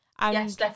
Yes